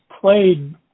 played